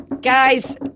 Guys